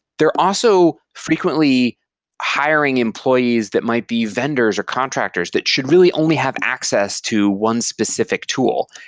they're also frequently hiring employees that might be vendors or contractors that should really only have access to one specific tool,